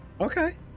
Okay